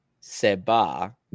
Seba